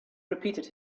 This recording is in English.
repeated